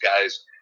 guys